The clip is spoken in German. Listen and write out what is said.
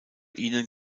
ihnen